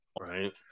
right